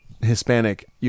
Hispanic